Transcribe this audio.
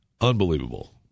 Unbelievable